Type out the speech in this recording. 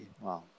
Wow